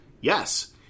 yes